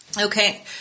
Okay